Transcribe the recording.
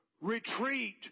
retreat